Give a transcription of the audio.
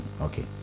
okay